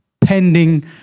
pending